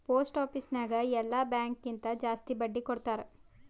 post office ನಾಗ್ ಎಲ್ಲಾ bank ಕಿಂತಾ ಜಾಸ್ತಿ ಬಡ್ಡಿ ಕೊಡ್ತಾರ್